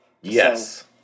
Yes